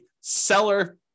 seller